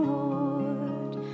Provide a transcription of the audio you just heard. Lord